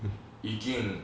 ekin